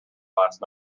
last